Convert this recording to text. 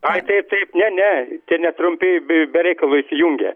ai taip taip ne ne čia ne trumpi bi be reikalo įsijungia